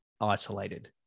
isolated